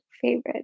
favorite